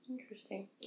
Interesting